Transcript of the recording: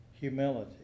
humility